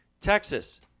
Texas